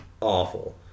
awful